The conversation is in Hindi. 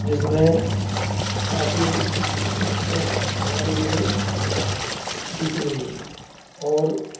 जिसमें काफी इस पुस्तक से हमारे लिए सीक मिली और